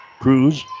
Cruz